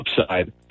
upside